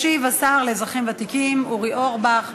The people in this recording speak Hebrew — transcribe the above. ישיב השר לאזרחים ותיקים אורי אורבך.